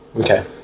Okay